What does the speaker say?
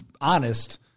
honest